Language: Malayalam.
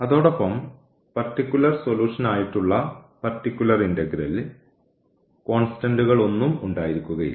അതോടൊപ്പം പർട്ടികുലർ സൊലൂഷൻ ആയിട്ടുള്ള പർട്ടികുലർ ഇന്റഗ്രലിൽ കോൺസ്റ്റന്റ്കൾ ഒന്നും ഉണ്ടായിരിക്കുകയില്ല